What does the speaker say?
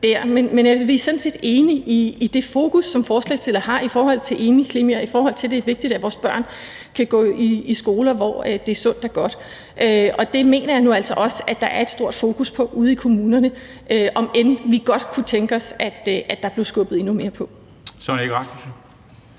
Men vi er sådan set enige i det fokus, som forslagsstillerne har, i forhold til at det er vigtigt, at vores børn kan gå i skole, hvor der er sundt og godt. Og det mener jeg nu altså også at der er et stort fokus på udeomkring i kommunerne, om end vi godt kunne tænke os, at der er blevet skubbet endnu mere på. Kl. 11:42 Formanden